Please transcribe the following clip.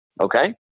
Okay